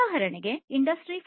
ಉದಾಹರಣೆಗೆ ಇಂಡಸ್ಟ್ರಿ 4